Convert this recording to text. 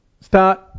start